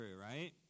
right